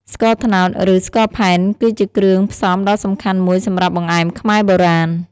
ស្ករត្នោត ឬ ស្ករផែនគឺជាគ្រឿងផ្សំដ៏សំខាន់មួយសម្រាប់បង្អែមខ្មែរបុរាណ។